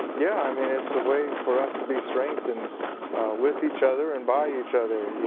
yeah i mean it's a way for us to be strengthened with each other and by each other. yeah